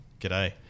G'day